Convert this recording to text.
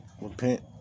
repent